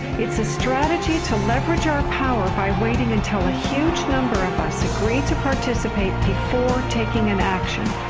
it's a strategy to leverage our power by waiting until a huge number of us agrees to participate, before taking an action.